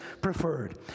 preferred